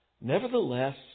Nevertheless